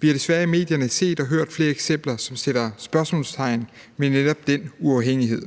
Vi har desværre i medierne set og hørt flere eksempler, der sætter spørgsmålstegn ved netop den uafhængighed.